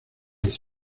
rice